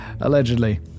allegedly